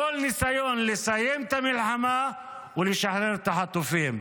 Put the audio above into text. כל ניסיון לסיים את המלחמה ולשחרר את החטופים.